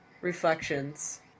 reflections